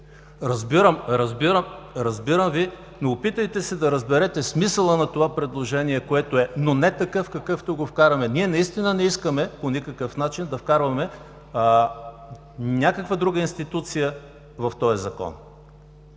предложение. Разбирам Ви, но опитайте се да разберете смисъла на това предложение, което е, но не такъв, какъвто го вкараме. Ние наистина не искаме по никакъв начин да вкарваме някаква друга институция в този Закон.